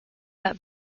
that